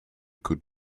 could